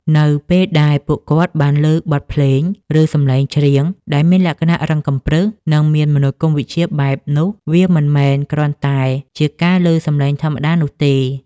នៅពេលដែលពួកគាត់បានឮបទភ្លេង ឬសម្លេងច្រៀងដែលមានលក្ខណៈរឹងកំព្រឹស និងមានមនោគមវិជ្ជាបែបនោះ វាមិនមែនគ្រាន់តែជាការឮសម្លេងធម្មតានោះទេ។